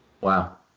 Wow